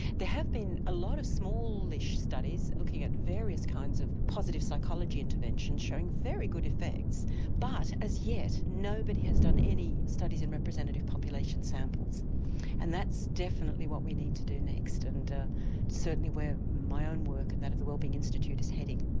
have been a lot of smallish studies looking at various kinds of positive psychology interventions showing very good effects but as yet nobody has done any studies in representative population samples and that's definitely what we need to do next. and that's ah certainly where my own work and that of the wellbeing institute is heading.